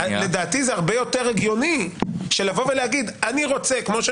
לדעתי זה הרבה יותר הגיוני של לבוא ולהגיד: אני רוצה וזה